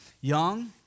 young